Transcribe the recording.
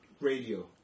radio